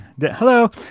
Hello